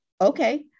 okay